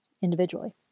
individually